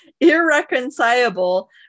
Irreconcilable